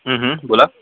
बोला